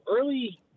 early